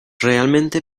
realmente